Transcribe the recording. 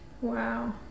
wow